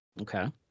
okay